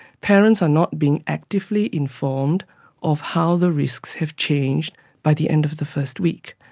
parents are not being actively informed of how the risks have changed by the end of the first week.